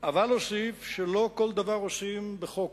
אבל אוסיף שלא כל דבר עושים בחוק,